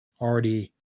already